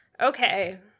okay